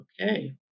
Okay